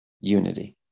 unity